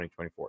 2024